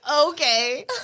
okay